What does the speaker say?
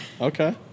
Okay